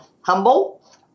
humble